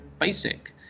basic